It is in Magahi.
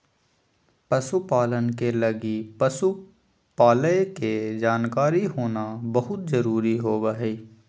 पशु पालन के लगी पशु पालय के जानकारी होना बहुत जरूरी होबा हइ